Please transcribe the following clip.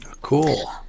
Cool